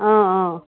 অঁ অঁ